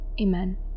Amen